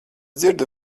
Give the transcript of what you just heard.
dzirdu